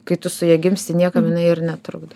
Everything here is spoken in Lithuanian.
kai tu su ja gimsti niekam ir netrukdo